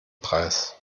preis